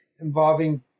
involving